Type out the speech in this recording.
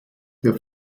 der